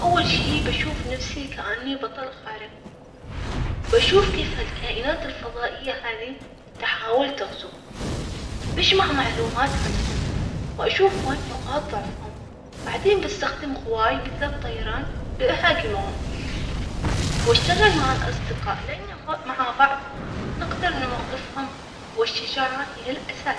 أول شي بشوف نفسي كأني بطل خارق بشوف كيف هالكائنات الفضائية هذه تحاول تغزو بجمع معلومات عنهم وأشوف وين نقاط ضعفهم بعدين بستخدم قواي مثل الطيران لأهاجمهم واشتغل مع الأصدقاء، لأنه مع.